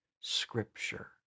scripture